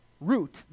root